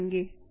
ठीक है